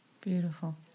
Beautiful